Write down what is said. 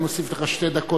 אני מוסיף לך שתי דקות,